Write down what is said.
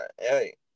Hey